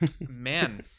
Man